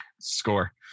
Score